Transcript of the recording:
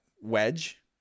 wedge